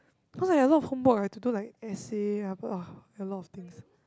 cause I have a lot of homework I have to do like essay ah ugh a lot of things